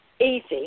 easy